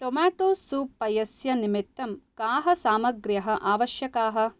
tomato soup पयस्य निमित्तं काः सामग्र्यः आवश्यकाः